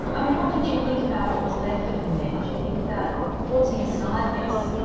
i mean what did you think about what was left of him there? did you think about what's inside this?